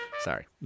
Sorry